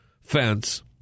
fence